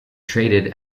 traded